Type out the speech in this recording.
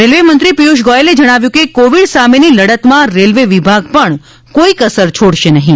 રેલ્વેમંત્રી પિયુષ ગોયલે જણાવ્યું કે કોવિડ સામેની લડતમાં રેલ્વે વિભાગ કોઇ કસર છોડશે નહીં